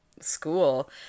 school